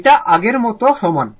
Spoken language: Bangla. এটা আগের মতো সমান